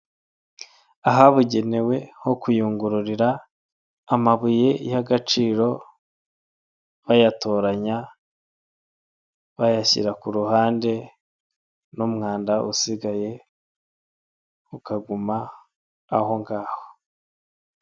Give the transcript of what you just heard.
Ahabugenewe ho kuyungururira amabuye y'agaciro bayatoranya, bayashyira ku ruhande n'umwanda usigaye ukaguma aho ngaho.